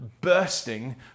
bursting